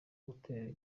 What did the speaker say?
gutera